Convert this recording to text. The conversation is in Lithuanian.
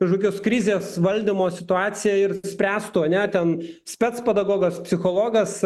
kažkokios krizės valdymo situaciją ir spręstų ane ten specpedagogas psichologas